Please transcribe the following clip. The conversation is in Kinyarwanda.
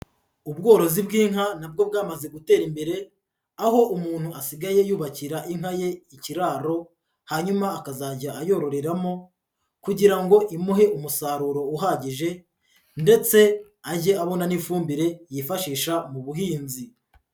Ubworozi bw'inka na bwo bwamaze gutera imbere, aho umuntu asigaye yubakira inka ye ikiraro hanyuma akazajya ayororeramo kugira ngo imuhe umusaruro uhagije ndetse ajye abona n'ifumbire yifashisha mu buhinzi.